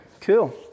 cool